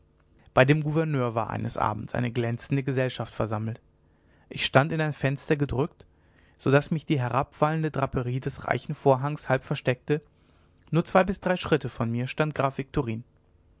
bei dem gouverneur war eines abends eine glänzende gesellschaft versammelt ich stand in ein fenster gedrückt so daß mich die herabwallende draperie des reichen vorhangs halb versteckte nur zwei bis drei schritte vor mir stand graf